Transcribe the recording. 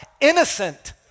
innocent